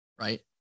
right